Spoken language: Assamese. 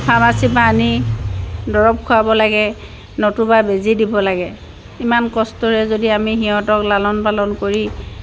ফাৰ্মাচীৰ পৰা আনি দৰৱ খোৱাব লাগে নতুবা বেজি দিব লাগে ইমান কষ্টৰে যদি আমি সিহঁতক লালন পালন কৰি